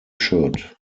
should